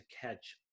catch